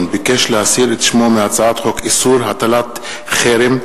ביקש להסיר את שמו מהצעת חוק איסור הטלת חרם,